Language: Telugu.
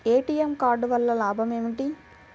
ఏ.టీ.ఎం కార్డు వల్ల లాభం ఏమిటి?